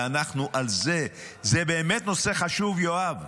ואנחנו על זה, זה באמת נושא חשוב, יואב,